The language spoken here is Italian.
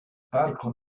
parco